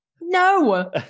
no